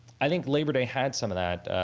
i think labor day had some of that,